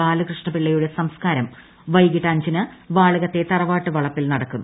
ബാലകൃഷ്ണപിള്ള യുടെ സംസ്ക്കാരം വൈകിട്ട് അഞ്ചിന് വാളകത്തെ തറവാട്ട് വളപ്പിൽ നടക്കും